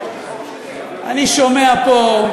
אני שומע פה,